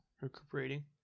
recuperating